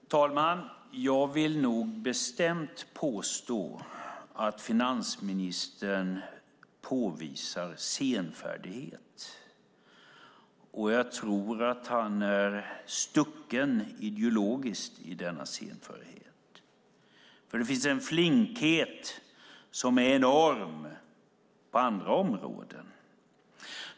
Herr talman! Jag vill bestämt påstå att finansministern visar senfärdighet. Jag tror att han är stucken ideologiskt i denna senfärdighet. Det finns en enorm flinkhet på andra områden.